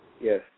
Yes